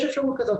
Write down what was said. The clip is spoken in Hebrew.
יש אפשרות כזאת.